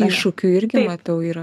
iššūkių irgi matau yra